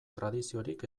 tradiziorik